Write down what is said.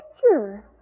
picture